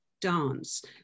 dance